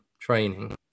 training